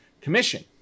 Commission